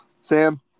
Sam